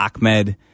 Ahmed